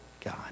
God